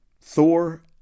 Thor